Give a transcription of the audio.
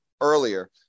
earlier